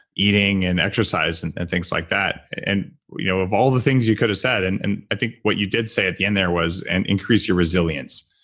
eating, and exercise and and things like that and you know of all the things you could have said and and i think what you did say at the end there was and increase your resilience,